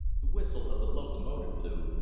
the whistle of the locomotive blew,